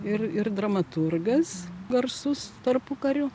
ir ir dramaturgas garsus tarpukariu